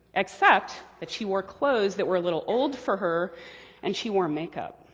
except that she wore clothes that were a little old for her and she wore makeup.